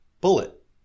Bullet